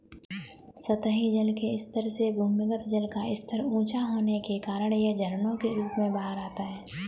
सतही जल के स्तर से भूमिगत जल का स्तर ऊँचा होने के कारण यह झरनों के रूप में बाहर आता है